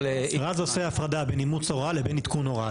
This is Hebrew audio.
--- רז עושה הפרדה בין אימוץ הוראה לבין עדכון הוראה,